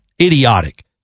idiotic